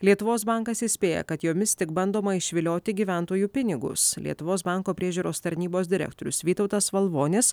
lietuvos bankas įspėja kad jomis tik bandoma išvilioti gyventojų pinigus lietuvos banko priežiūros tarnybos direktorius vytautas valvonis